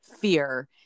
fear